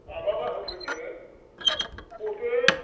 माब्लाबा होफैदो हरगोन